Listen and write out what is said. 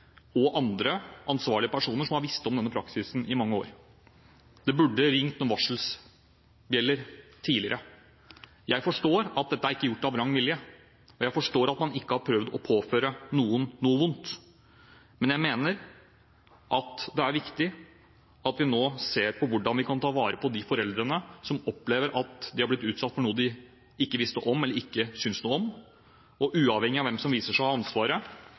og andre ansvarlige personer som har visst om denne praksisen i mange år. Det burde ha ringt noen bjeller tidligere. Jeg forstår at dette er ikke gjort ut fra vrangvilje, og jeg forstår at man ikke har prøvd å påføre noen noe vondt. Men jeg mener det er viktig at vi nå ser på hvordan vi kan ta vare på de foreldrene som opplever at de har blitt utsatt for noe de ikke visste om, eller ikke synes noe om. Uavhengig av hvem som viser seg å ha ansvaret,